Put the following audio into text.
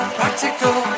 practical